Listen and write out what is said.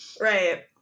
Right